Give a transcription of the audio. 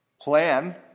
plan